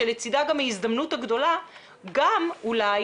שלצידה גם ההזדמנות הגדולה גם אולי